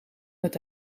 met